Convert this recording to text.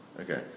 Okay